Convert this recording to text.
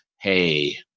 hey